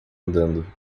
andando